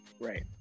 Right